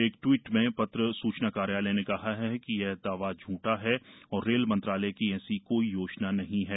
एक ट्वीट में पत्र सूचना कार्यालय ने कहा है कि यह दावा झूठा है और रेल मंत्रालय की ऐसी कोई योजना नहीं है